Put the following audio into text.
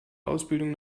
ausbildung